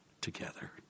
together